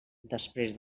després